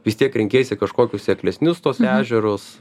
vis tiek renkiesi kažkokius seklesnius tuos ežerus